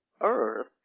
Earth